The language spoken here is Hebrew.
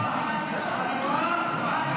סתם ירד.